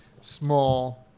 small